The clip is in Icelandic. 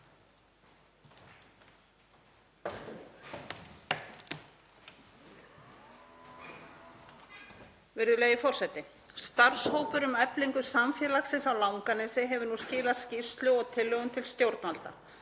Virðulegi forseti. Starfshópur um eflingu samfélagsins á Langanesi hefur nú skilað skýrslu og tillögum til stjórnvalda.